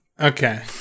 Okay